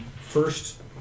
first